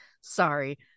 Sorry